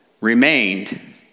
remained